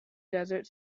desert